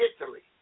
Italy